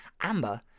Amber